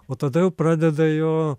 o tada jau pradeda jo